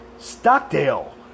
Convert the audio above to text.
Stockdale